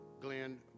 Glenn